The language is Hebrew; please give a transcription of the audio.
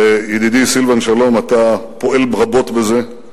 וידידי סילבן שלום, אתה פועל רבות בזה.